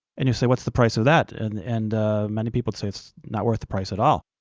and you say what's the price of that? and and many people say it's not worth the price at all.